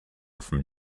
from